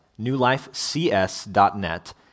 newlifecs.net